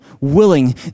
willing